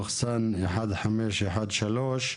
מ/1513.